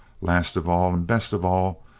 last of all, and best of all,